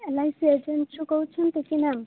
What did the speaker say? L I C ଏଜେଣ୍ଟ୍ରୁ କହୁଛନ୍ତି କି ମ୍ୟାମ୍